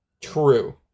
True